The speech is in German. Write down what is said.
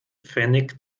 pfennig